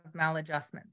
maladjustments